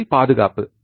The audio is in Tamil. முதலில் பாதுகாப்பு